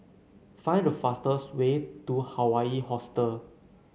find the fastest way to Hawaii Hostel